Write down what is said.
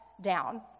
down